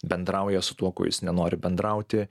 bendrauja su tuo kuo jis nenori bendrauti